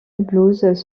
blues